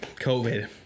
covid